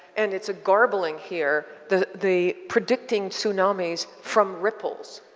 and it's a garbling here. the the predicting tsunamis from ripples.